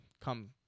come